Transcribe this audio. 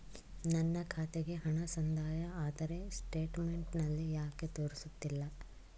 ನನ್ನ ಖಾತೆಗೆ ಹಣ ಸಂದಾಯ ಆದರೆ ಸ್ಟೇಟ್ಮೆಂಟ್ ನಲ್ಲಿ ಯಾಕೆ ತೋರಿಸುತ್ತಿಲ್ಲ?